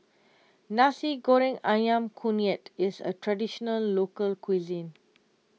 Nasi Goreng Ayam Kunyit is a Traditional Local Cuisine